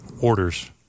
orders